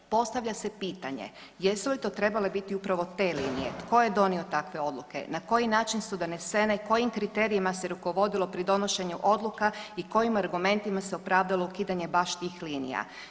Postavlja se pitanje, jesu li to trebale biti upravo te linije, tko je donio takve odluke, na koji način su donesene, kojim kriterijima se rukovodilo pri donošenju odluka i kojim argumentima se opravdalo ukidanje baš tih linija?